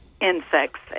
insects